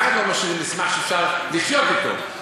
אף אחד לא משאיר מסמך שאי-אפשר לחיות אתו.